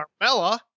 Carmella